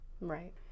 Right